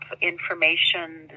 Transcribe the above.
information